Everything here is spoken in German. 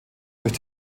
durch